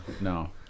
no